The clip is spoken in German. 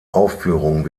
aufführung